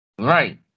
Right